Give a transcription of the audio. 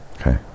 Okay